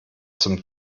zum